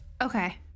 okay